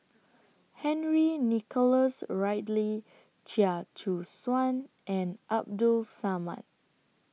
Henry Nicholas Ridley Chia Choo Suan and Abdul Samad